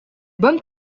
bonnes